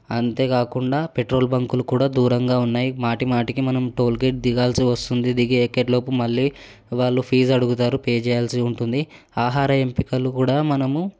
అంతే కాకుండా పెట్రోల్ బంకులు కూడా దూరంగా ఉన్నాయి మాటిమాటికి మనం టోల్గేట్ దిగాల్సి వస్తుంది దిగి ఎక్కే లోపు మళ్ళీ వాళ్ళు ఫీజు అడుగుతారు పే చేయాల్సి ఉంటుంది ఆహార ఎంపికలు కూడా మనము